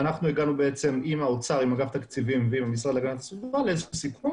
הגענו עם האוצר אגף התקציבים ועם המשרד להגנת הסביבה לסיכום